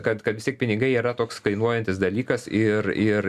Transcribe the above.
kad kad vis tiek pinigai yra toks kainuojantis dalykas ir ir